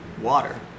water